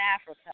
Africa